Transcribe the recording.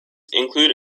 include